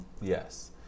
Yes